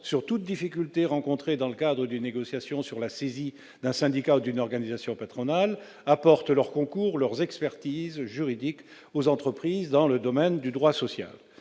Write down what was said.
sur toute difficulté rencontrée dans le cadre d'une négociation, sur la saisie d'un syndicat ou d'une organisation patronale, apportent leur concours ou leur expertise juridique aux entreprises dans le domaine du droit social.